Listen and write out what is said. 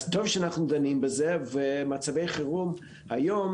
אז טוב שאנחנו דנים בזה ומצבי חירום היום